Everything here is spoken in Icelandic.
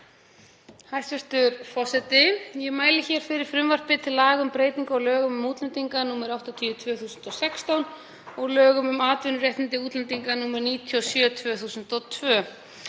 Hæstv. forseti. Ég mæli hér fyrir frumvarpi til laga um breytingu á lögum um útlendinga, nr. 80/2016, og lögum um atvinnuréttindi útlendinga, nr. 97/2002.